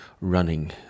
running